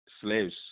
slaves